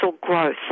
growth